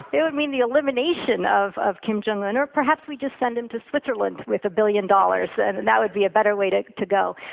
it would mean the elimination of of kim jong un or perhaps we just send him to switzerland with a billion dollars, and and that would be a better way to to go.